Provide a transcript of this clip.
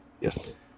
Yes